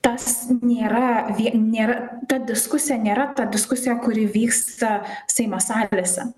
tas nėra nė nėra ta diskusija nėra ta diskusija kuri vyksta seimo salėse